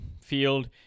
field